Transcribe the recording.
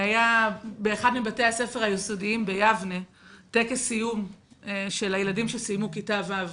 באחד מבתי הספר היסודיים ביבנה היה טקס סיום של הילדים שסיימו כיתה ו'.